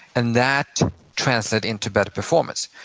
and that translates into better performance,